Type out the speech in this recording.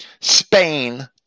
Spain